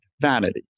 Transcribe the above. vanity